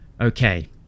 Okay